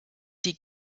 die